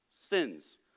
sins